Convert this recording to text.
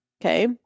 Okay